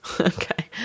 Okay